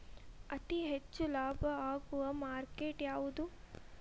ಅತಿ ಹೆಚ್ಚು ಲಾಭ ಆಗುವ ಮಾರ್ಕೆಟ್ ಯಾವುದು?